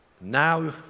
Now